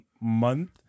month